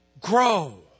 grow